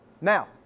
Now